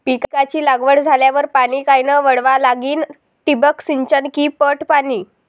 पिकाची लागवड झाल्यावर पाणी कायनं वळवा लागीन? ठिबक सिंचन की पट पाणी?